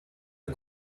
der